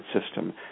system